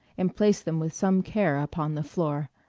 and placed them with some care upon the floor.